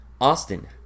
Austin